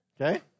Okay